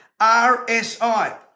RSI